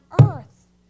earth